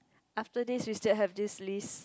after this we still have this list